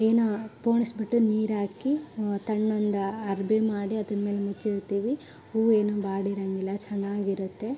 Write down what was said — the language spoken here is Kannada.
ಏನು ಪೋಣಿಸ್ಬಿಟ್ಟು ನೀರಾಕಿ ತಣ್ಣಂದು ಅರಿವೆ ಮಾಡಿ ಅದ್ರಮೇಲ್ ಮುಚ್ಚಿಡ್ತೀವಿ ಹೂವು ಏನೂ ಬಾಡಿರೋಂಗಿಲ್ಲ ಚೆನ್ನಾಗಿರುತ್ತೆ